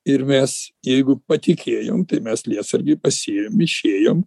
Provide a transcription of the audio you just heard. ir mes jeigu patikėjom tai mes lietsargį pasiėmėm išėjom